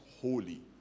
holy